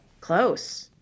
close